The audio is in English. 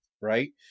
right